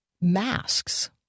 Masks